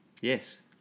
yes